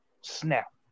snap